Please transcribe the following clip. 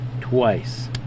twice